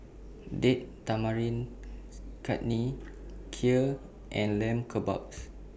Date Tamarind Chutney Kheer and Lamb Kebabs